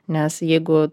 nes jeigu